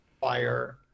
Fire